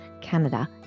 Canada